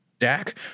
Dak